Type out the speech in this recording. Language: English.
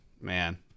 Man